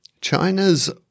China's